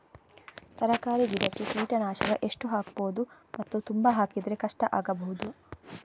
ತರಕಾರಿ ಗಿಡಕ್ಕೆ ಕೀಟನಾಶಕ ಎಷ್ಟು ಹಾಕ್ಬೋದು ಮತ್ತು ತುಂಬಾ ಹಾಕಿದ್ರೆ ಕಷ್ಟ ಆಗಬಹುದ?